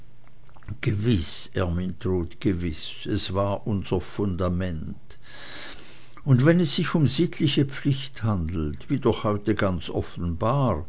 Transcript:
gewiß ermyntrud gewiß es war unser fundament und wenn es sich um eine sittliche pflicht handelt wie doch heute ganz offenbar